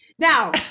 Now